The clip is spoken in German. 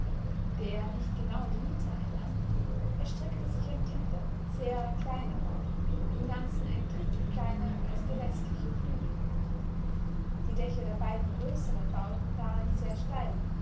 der nicht genau die mitte einnahm erstreckte sich ein dritter sehr kleiner bau im ganzen ein drittel kleiner als der westliche flügel die dächer der beiden größeren bauten waren sehr steil